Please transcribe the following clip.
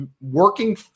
working